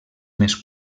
més